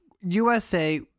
USA